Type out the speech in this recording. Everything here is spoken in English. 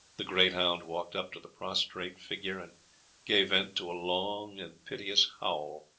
the great hound walked up to the prostrate figure and gave vent to a long and piteous howl,